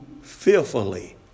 fearfully